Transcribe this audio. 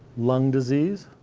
lung disease.